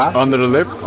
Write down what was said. under the lip,